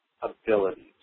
abilities